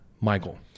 Michael